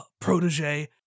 protege